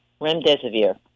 Remdesivir